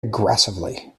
aggressively